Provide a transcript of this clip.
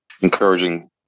encouraging